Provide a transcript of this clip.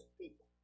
people